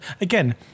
again